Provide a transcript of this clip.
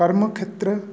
कर्मक्षेत्र